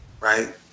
Right